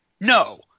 no